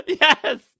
Yes